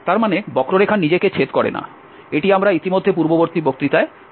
তার মানে বক্ররেখা নিজেকে ছেদ করে না এটি আমরা ইতিমধ্যে পূর্ববর্তী বক্তৃতায় আলোচনা করেছি